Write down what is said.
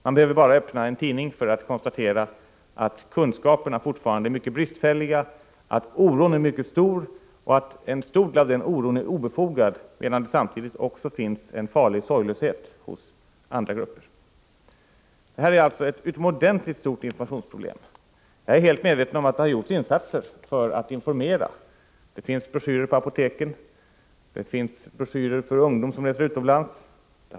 Man behöver bara öppna en tidning för att konstatera att kunskaperna fortfarande är mycket bristfälliga, att oron är mycket stor och att denna oro i stor utsträckning är obefogad. Men samtidigt finns det också en sorglöshet hos andra grupper som är farlig. Informationsproblemet är alltså utomordentligt stort. Jag är fullt medveten om att insatser har gjorts för att få ut information på detta område. Det finns broschyrer på apoteken. Det finns broschyrer avsedda för ungdomar som reser utomlands.